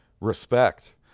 respect